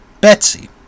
Betsy